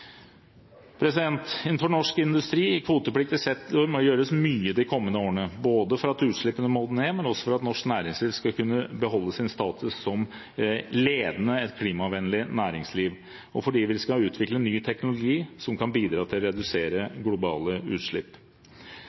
Innenfor norsk industri, i kvotepliktig sektor, må det gjøres mye de kommende årene, både fordi utslippene må ned, for at norsk næringsliv skal kunne beholde sin status som ledende klimavennlig næringsliv, og fordi vi skal utvikle ny teknologi som kan bidra til å redusere globale utslipp.